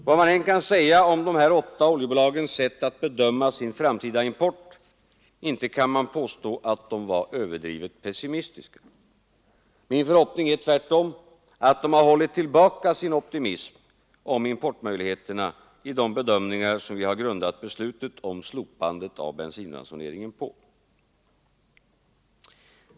Vad man än kan säga om de åtta oljebolagens sätt att bedöma sin framtida import, inte kan man påstå att de var överdrivet pessimistiska. Min förhoppning är tvärtom att de har hållit tillbaka sin optimism om importmöjligheten i de bedömningar som vi grundat beslutet om slopandet av bensinransoneringen på.